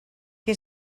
que